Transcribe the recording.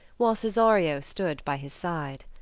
while cesario stood by his side.